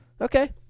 Okay